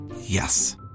Yes